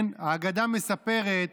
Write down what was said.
האגדה מספרת